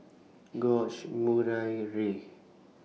George Murray Rei